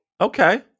Okay